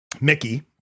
Mickey